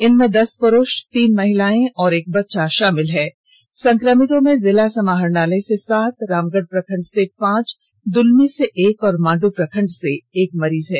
इनमें दस पुरूष तीन महिला और एक बच्चा शामिल है संक्रमितों में जिला समाहरणालय से सात रामगढ़ प्रखंड से पांच दुलमी से एक और मांड्र प्रखंड से एक मरीज हैं